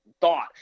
thought